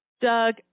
Doug